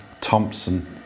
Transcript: Thompson